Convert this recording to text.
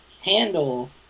handle